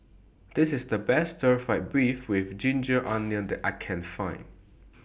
This IS The Best Stir Fried Beef with Ginger Onions that I Can Find